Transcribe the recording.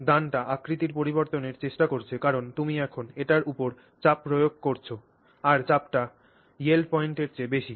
দানাটি আকৃতির পরিবর্তনের চেষ্টা করছে কারণ তুমি এখন এটির উপর চাপ প্রয়োগ করেছ আর চাপটি yield point এর চেয়ে বেশি